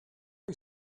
for